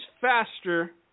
faster